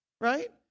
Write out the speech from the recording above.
Right